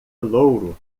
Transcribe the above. louro